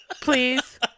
Please